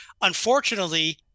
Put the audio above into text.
Unfortunately